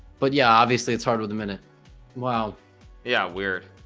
but yeah obviously it's hard with a minute wow yeah weird